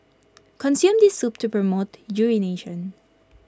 consume this soup to promote urination